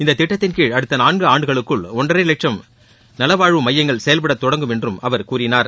இந்த திட்டத்தின் கீழ் அடுத்த நான்கு ஆண்டுகளுக்குள் ஒன்றரை லட்சம் நலவாழ்வு மையங்கள் செயல்பட தொடங்கும் என்றும் அவர் கூறினார்